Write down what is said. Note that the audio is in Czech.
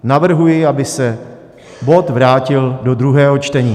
Navrhuji, aby se bod vrátil do druhého čtení.